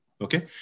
Okay